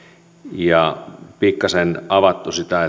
ja pikkasen avattu sitä